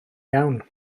iawn